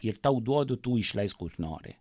ir tau duodu tu išleisk kur nori